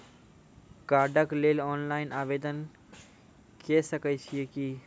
कार्डक लेल ऑनलाइन आवेदन के सकै छियै की?